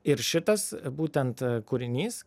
ir šitas būtent kūrinys